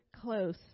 close